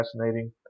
fascinating